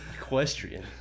Equestrian